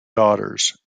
daughters